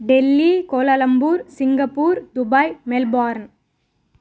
Delhi Kuala Lumpur Singapore Dubai Melbourne